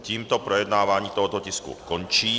Tímto projednávání tohoto tisku končím.